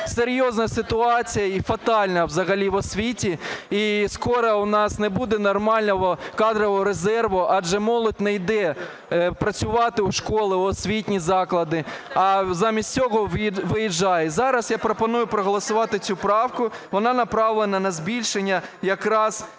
серйозна ситуація і фатальна взагалі в освіті. І скоро у нас не буде нормального кадрового резерву, адже молодь не йде працювати у школи, освітні заклади, а замість цього виїжджає. Зараз я пропоную проголосувати цю правку. Вона направлена на збільшення якраз